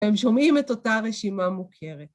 הם שומעים את אותה רשימה מוכרת.